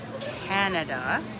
Canada